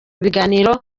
biganiro